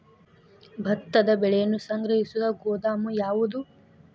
ಭತ್ತದ ಬೆಳೆಯನ್ನು ಸಂಗ್ರಹಿಸುವ ಗೋದಾಮು ಯಾವದು?